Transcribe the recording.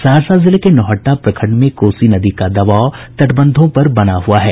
सहरसा जिले के नौहट्टा प्रखंड में कोसी नदी का दबाव तटबंधों पर बना हुआ है